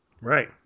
Right